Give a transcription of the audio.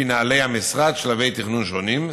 לפי נוהלי המשרד, בשלבי תכנון שונים.